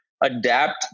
adapt